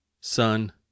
Son